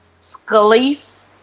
Scalise